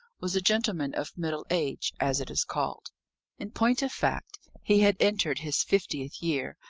was a gentleman of middle age, as it is called in point of fact, he had entered his fiftieth year,